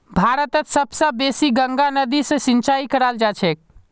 भारतत सब स बेसी गंगा नदी स सिंचाई कराल जाछेक